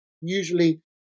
usually